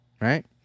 right